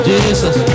Jesus